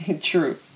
true